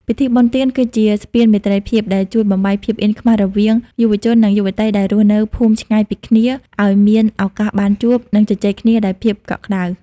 ពិធីបុណ្យទានគឺជាស្ពានមេត្រីភាព ដែលជួយបំបែកភាពអៀនខ្មាសរវាងយុវជន និងយុវតីដែលរស់នៅភូមិឆ្ងាយពីគ្នា ឱ្យមានឱកាសបានជួប និងជជែកគ្នាដោយភាពកក់ក្ដៅ។